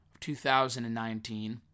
2019